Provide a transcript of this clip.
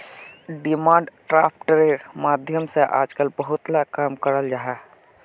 demand ड्राफ्टेर माध्यम से आजकल बहुत ला काम कराल जाहा